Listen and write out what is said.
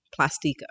plastica